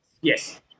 yes